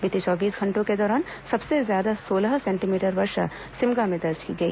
बीते चौबीस घंटों के दौरान सबसे ज्यादा सोलह सेंटीमीटर वर्षा सिमगा में दर्ज की गई